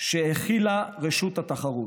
בין היתר, בעקבות הצו המוסכם שהחילה רשות התחרות.